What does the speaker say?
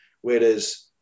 whereas